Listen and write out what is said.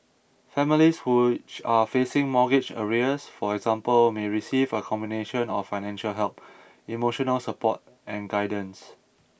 families who are facing mortgage arrears for example may receive a combination of financial help emotional support and guidance